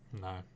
No